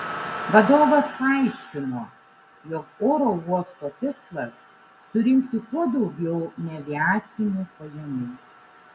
vadovas paaiškino jog oro uosto tikslas surinkti kuo daugiau neaviacinių pajamų